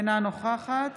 אינה נוכחת